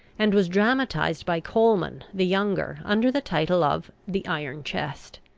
and was dramatized by colman the younger under the title of the iron chest.